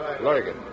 Larkin